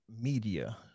media